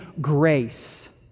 grace